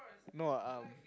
no ah um